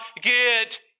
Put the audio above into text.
get